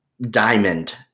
diamond